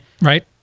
Right